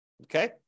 Okay